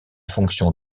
fonctions